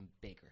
bigger